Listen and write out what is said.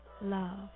love